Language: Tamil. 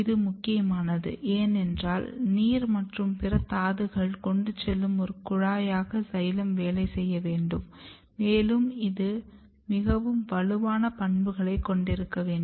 இது முக்கியமானது ஏனென்றால் நீர் மற்றும் பிற தாதுக்களை கொண்டுச்செல்லும் ஒரு குழாயாக சைலம் வேலை செய்ய வேண்டும் மேலும் இது மிகவும் வலுவான பண்புகளை கொண்டிருக்க வேண்டும்